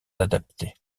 adaptées